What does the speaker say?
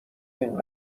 این